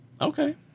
Okay